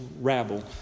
rabble